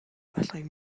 болохыг